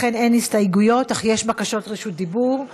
אכן, אין הסתייגויות, אך יש בקשות רשות דיבור.